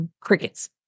crickets